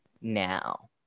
now